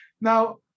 Now